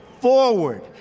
forward